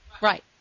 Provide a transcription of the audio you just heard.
Right